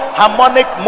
harmonic